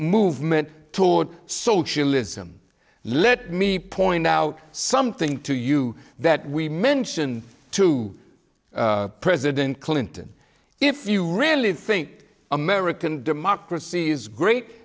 movement toward socialism let me point out something to you that we mention to president clinton if you really think american democracy is great